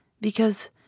Because